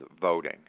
voting